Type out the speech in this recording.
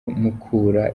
mukura